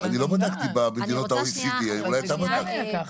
אני לא בדקתי במדינות ה-OECD, אולי אתה בדקת.